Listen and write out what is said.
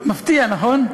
מפתיע, נכון?